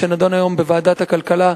שנדון היום בוועדת הכלכלה,